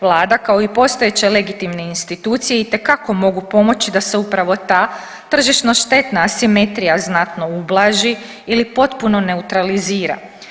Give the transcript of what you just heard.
Vlada kao i postojeće legitimne institucije itekako mogu pomoći da se upravo ta tržišno štetna asimetrija znatno ublaži ili potpuno neutralizira.